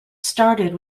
started